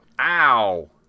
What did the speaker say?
Ow